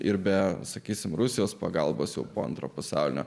ir be sakysime rusijos pagalbos jau po antrojo pasaulinio